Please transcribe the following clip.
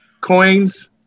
coins –